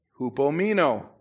Hupomino